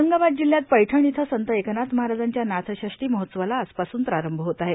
औरंगाबाद जिल्ह्यात पैठण इथं संत एकनाथ महाराजांच्या नाथषष्ठां महोत्सवाला आजपासून प्रारंभ होत आहे